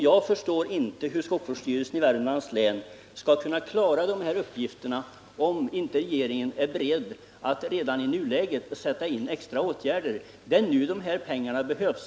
Jag förstår inte hur skogsvårdsstyrelsen i Värmlands län skall kunna klara dessa uppgifter om inte regeringen är beredd att redan i nuläget sätta in extra åtgärder. Det är nu dessa pengar behövs.